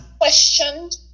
questioned